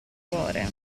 cuore